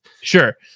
Sure